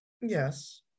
Yes